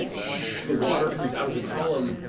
the water comes out as a column,